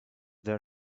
their